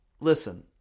Listen